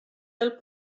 del